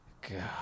God